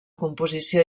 composició